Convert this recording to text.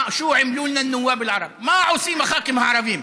(אומר בערבית ומתרגם:) מה עושים הח"כים הערבים?